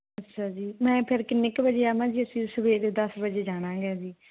ਅੱਛਾ ਜੀ ਮੈਂ ਫੇਰ ਕਿੰਨੇ ਕੁ ਵਜੇ ਆਵਾਂ ਜੀ ਅਸੀਂ ਸਵੇਰੇ ਦਸ ਵਜੇ ਜਾਣਾ ਹੈਗਾ ਜੀ